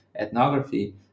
ethnography